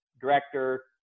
director